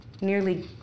nearly